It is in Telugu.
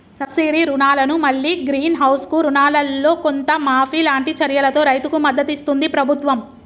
సబ్సిడీ రుణాలను మల్లి గ్రీన్ హౌస్ కు రుణాలల్లో కొంత మాఫీ లాంటి చర్యలతో రైతుకు మద్దతిస్తుంది ప్రభుత్వం